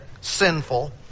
sinful